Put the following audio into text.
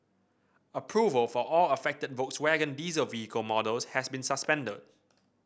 approval for all affected Volkswagen diesel vehicle models has been suspended